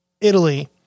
Italy